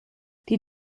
die